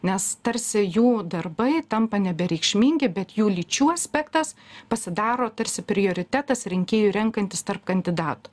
nes tarsi jų darbai tampa nebereikšmingi bet jų lyčių aspektas pasidaro tarsi prioritetas rinkėjui renkantis tarp kandidatų